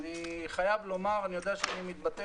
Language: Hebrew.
אני יודע שאני מתבטא